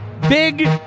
Big